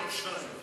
התשע"ו 2016,